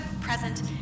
present